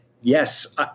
yes